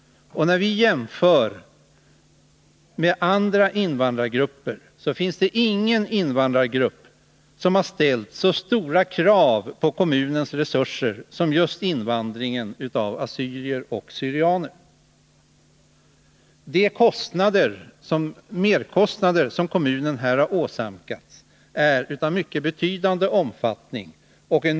Om vi jämför olika invandrargrupper med varandra, finner vi att ingen invandrargrupp har ställt så stora krav på kommunens resurser som just assyrierna/syrianerna. De merkostnader som kommunen har åsamkats är av mycket betydande omfattning.